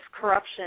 corruption